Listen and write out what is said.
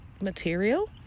material